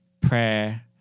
prayer